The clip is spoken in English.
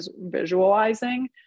visualizing